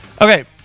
Okay